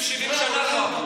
שיניתם סדרי עולם בכנסת.